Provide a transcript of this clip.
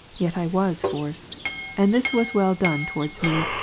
yet i was forced and this was well done towards me,